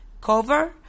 Cover